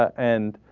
and